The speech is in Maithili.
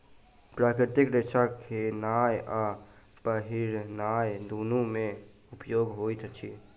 प्राकृतिक रेशा खेनाय आ पहिरनाय दुनू मे उपयोग होइत अछि